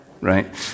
right